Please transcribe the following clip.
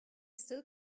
still